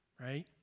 Right